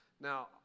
Now